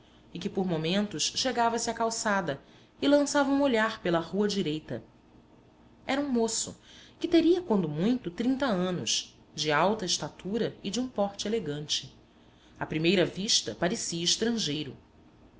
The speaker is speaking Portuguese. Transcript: e que por momentos chegava-se à calçada e lançava um olhar pela rua direita era um moço que teria quando muito trinta anos de alta estatura e de um porte elegante à primeira vista parecia estrangeiro